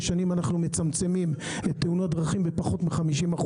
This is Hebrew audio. שנים אנחנו מצמצמים את תאונות הדרכים בפחות מ-50%.